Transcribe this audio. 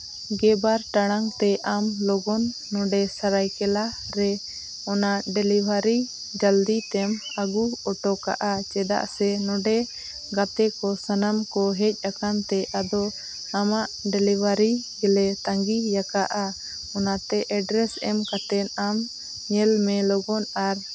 ᱜᱮ ᱵᱟᱨ ᱴᱟᱲᱟᱝ ᱛᱮ ᱟᱢ ᱞᱚᱜᱚᱱ ᱱᱚᱰᱮ ᱥᱟᱨᱟᱭᱠᱮᱞᱞᱟ ᱨᱮ ᱚᱱᱟ ᱰᱮᱞᱤᱵᱷᱟᱨᱤ ᱡᱚᱞᱫᱤ ᱛᱮᱢ ᱟᱹᱜᱩ ᱚᱴᱚ ᱠᱟᱜᱼᱟᱢ ᱪᱮᱫᱟᱜ ᱥᱮ ᱱᱚᱰᱮ ᱜᱟᱛᱮ ᱠᱚ ᱥᱟᱱᱟᱢ ᱠᱚ ᱦᱮᱡᱽ ᱟᱠᱟᱱ ᱛᱮ ᱟᱫᱚ ᱟᱢᱟᱜ ᱰᱮᱞᱤᱵᱷᱟᱨᱤ ᱜᱮᱞᱮ ᱛᱟᱺᱜᱤᱭᱟᱠᱟᱜᱼᱟ ᱚᱱᱟᱛᱮ ᱮᱰᱨᱮᱥᱮᱢ ᱠᱟᱛᱮ ᱟᱢ ᱧᱮᱞ ᱢᱮ ᱞᱚᱜᱚᱱ ᱟᱨ